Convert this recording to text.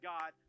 God